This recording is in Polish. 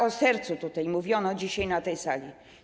O sercu tutaj mówiono dzisiaj na tej sali.